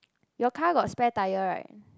your car got spare tire right